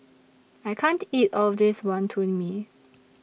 I can't eat All of This Wonton Mee